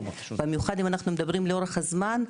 במיוחד אם אנחנו מדברים לאורך הזמן,